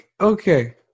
okay